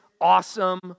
awesome